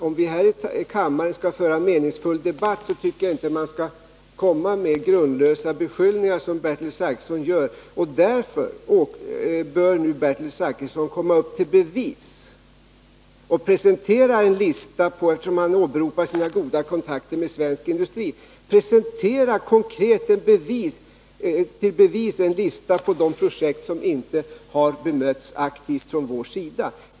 Om vi här i kammaren skall föra en meningsfull debatt skall man inte komma med grundlösa beskyllningar, vilket Bertil Zachrisson gör. Eftersom han åberopar sina goda kontakter med svensk industri, bör han komma upp till bevis och presentera en lista över de projekt som inte har bemötts aktivt från vår sida.